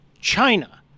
China